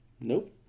Nope